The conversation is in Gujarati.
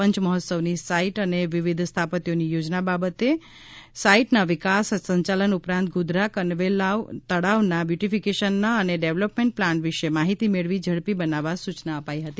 પંચમહોત્સવની સાઈટ અને વિવિધ સ્થાપત્યોની યોજના બાબતે ટુડાકુંડ સાઈટના વિકાસ સંચાલન ઉપરાંત ગોધરાના કનેલાવ તળાવના બ્યુટીફિકેશનના અને ડેવલપમેન્ટ પ્લાન વિશે માહિતી મેળવી ઝડપી બનાવવા સૂચના આપી હતી